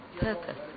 purpose